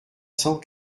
cent